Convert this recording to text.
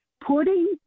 putting